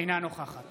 אינה נוכחת